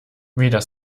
weder